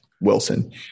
Wilson